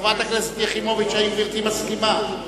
חברת הכנסת יחימוביץ, האם גברתי מסכימה?